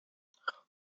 trois